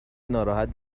ناراحت